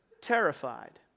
terrified